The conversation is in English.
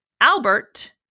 albert